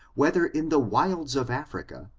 whether in the wilds of africa,